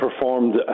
performed